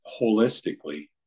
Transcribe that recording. holistically